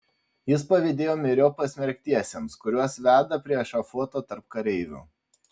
jis pavydėjo myriop pasmerktiesiems kuriuos veda prie ešafoto tarp kareivių